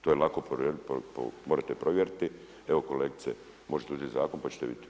To je lako morete provjeriti, evo kolegice možete uzeti zakon pa ćete vidjeti.